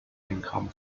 income